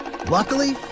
Luckily